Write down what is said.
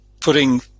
putting